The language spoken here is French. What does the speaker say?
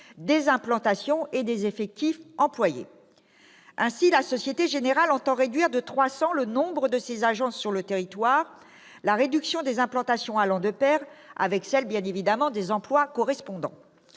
des implantations et des effectifs employés. Ainsi, la Société générale entend réduire de 300 le nombre de ses agences sur le territoire, la réduction des implantations allant de pair avec celle des emplois correspondants.